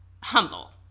humble